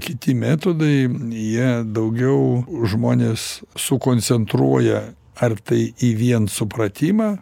kiti metodai jie daugiau žmones sukoncentruoja ar tai į vien supratimą